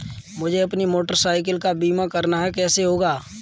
मुझे अपनी motorcycle का बीमा करना है कैसे होगा?